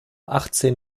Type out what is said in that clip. achtzehn